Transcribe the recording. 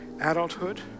adulthood